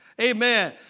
Amen